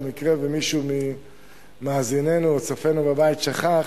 למקרה שמישהו ממאזינינו או צופינו בבית שכח,